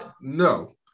No